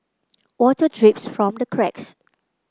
water drips from the cracks